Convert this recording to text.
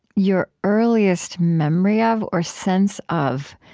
your earliest memory of, or sense of,